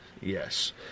Yes